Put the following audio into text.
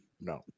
No